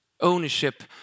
ownership